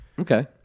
Okay